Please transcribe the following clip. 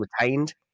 retained